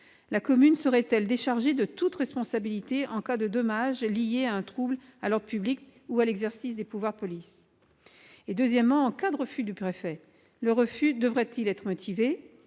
La commune serait-elle déchargée de toute responsabilité en cas de dommages liés à un trouble à l'ordre public ou à l'exercice des pouvoirs de police ? Deuxièmement, en cas de refus du préfet, celui-ci devrait-il être motivé ?